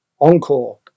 Encore